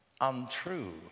untrue